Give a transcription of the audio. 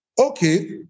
Okay